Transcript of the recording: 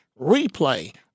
replay